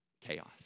chaos